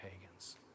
pagans